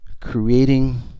creating